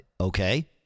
Okay